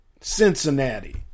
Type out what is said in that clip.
Cincinnati